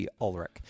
Ulrich